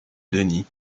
denis